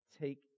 take